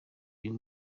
uyu